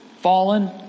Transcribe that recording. fallen